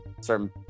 certain